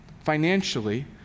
financially